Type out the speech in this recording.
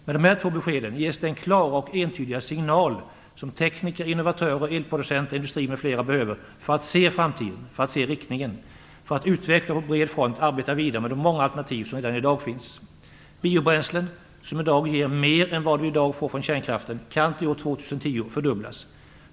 Med dessa två besked ges den klara och entydiga signal som tekniker, innovatörer, elproducenter, industri, m.fl. behöver för att se framtiden, för att se riktningen, för att utveckla och på bred front arbeta vidare med de många alternativ som redan i dag finns: Biobränslen, som i dag ger mer än vad vi får från kärnkraften, kan till år 2010 fördubblas.